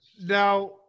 Now